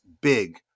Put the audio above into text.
Big